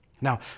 Now